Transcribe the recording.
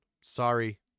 Sorry